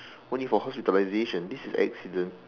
only for hospitalisation this is accident